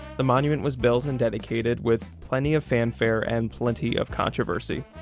the monument was built and dedicated with plenty of fanfare and plenty of controversy.